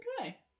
Okay